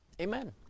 Amen